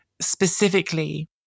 specifically